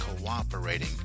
cooperating